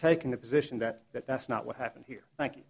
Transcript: taking the position that that that's not what happened here